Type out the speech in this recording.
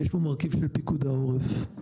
ויש פה מרכיב של פיקוד העורף,